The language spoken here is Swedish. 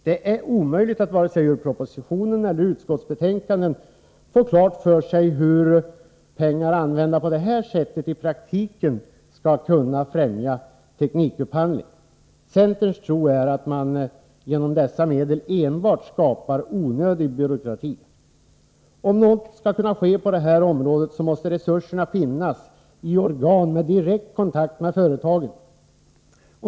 Det är omöjligt att vare sig ur propositionen eller utskottsbetänkandet få klart för sig hur pengar använda på detta sätt i praktiken skall kunna främja teknikupphandling. Centerns tro är att man genom dessa medel enbart skapar onödig byråkrati. Om något skall kunna ske på detta område, måste resurserna finnas i organ med direkt kontakt med företagen.